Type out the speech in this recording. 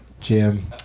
Jim